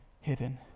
hidden